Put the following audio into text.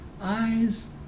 eyes